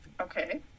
Okay